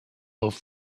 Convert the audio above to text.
love